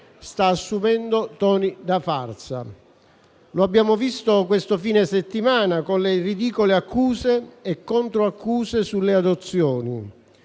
sta assumendo toni da farsa. Lo abbiamo visto questo fine settimana con le ridicole accuse e controaccuse sulle adozioni;